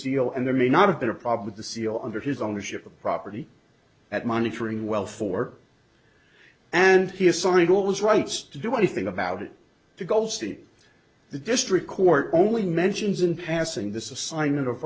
seal and there may not have been a problem with the seal under his ownership of property at monitoring well for and he assigned all his rights to do anything about it to go see the district court only mentions in passing this assignment of